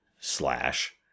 Slash